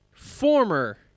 Former